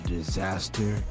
Disaster